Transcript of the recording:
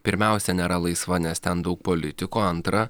pirmiausia nėra laisva nes ten daug politikų antra